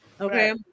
Okay